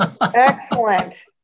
excellent